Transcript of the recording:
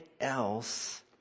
else